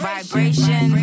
Vibration